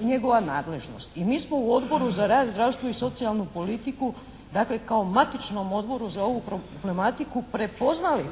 njegova nadležnost. I mi smo u Odboru za rad, zdravstvo i socijalnu politiku dakle kao matičnom odboru za ovu problematiku prepoznali